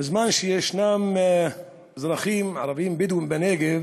בזמן שישנם אזרחים ערבים בדואים בנגב